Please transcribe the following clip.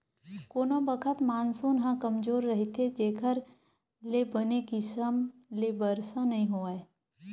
कोनो बखत मानसून ह कमजोर रहिथे जेखर ले बने किसम ले बरसा नइ होवय